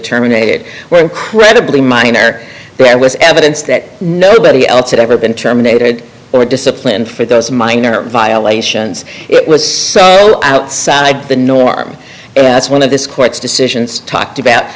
terminated were incredibly minor there was evidence that nobody else had ever been terminated or disciplined for those minor violations it was outside the norm and that's one of this court's decisions talked about